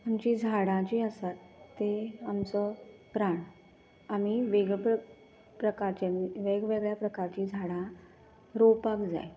आमची झाडां जी आसात ती आमचो प्राण आमी वेग प्र प्रकारचे वेगवेगळ्या प्रकारची झाडां रोंवपाक जाय